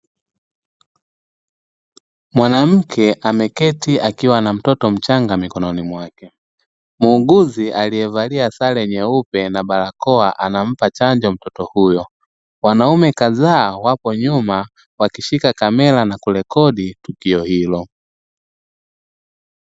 Mwanamke ameketi akiwa na mtoto mchanga mikononi mwake, muuguzi aliyevalia sare nyeupe na barakoa anampa chanjo mtoto huyo, wanaume kadhaa wako nyuma wakishika kamera na kurekodi tukio hilo .